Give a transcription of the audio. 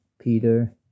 Peter